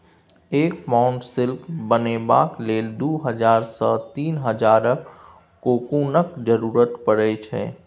एक pound silk बनेबाक लेल दु हजार सँ तीन हजारक कोकुनक जरुरत परै छै